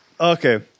Okay